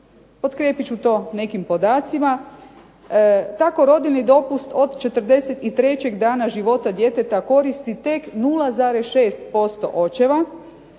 Potkrijepit ću to nekim podacima. Tako rodiljni dopust od 43 dana života djeteta koristi tek 0,6% očeva,